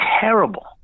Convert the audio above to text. terrible